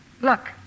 look